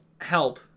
help